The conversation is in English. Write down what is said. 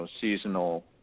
seasonal